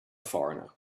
foreigner